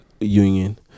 union